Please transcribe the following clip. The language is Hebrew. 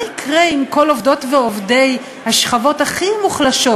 מה יקרה אם כל עובדות ועובדי השכבות הכי מוחלשות,